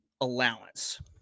allowance